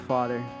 Father